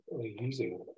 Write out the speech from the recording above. Using